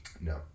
No